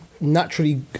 naturally